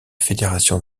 fédération